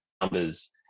numbers